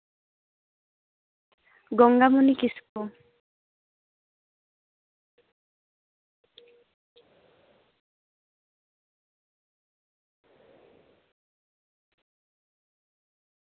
ᱜᱚᱝᱜᱟᱢᱚᱱᱤ ᱠᱤᱥᱠᱩ